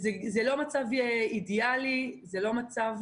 זה לא מצב אידיאלי, זה לא מצב